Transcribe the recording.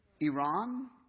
Iran